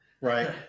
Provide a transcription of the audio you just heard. Right